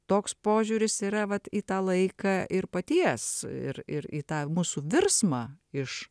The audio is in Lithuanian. toks požiūris yra vat į tą laiką ir paties ir ir į tą mūsų virsmą iš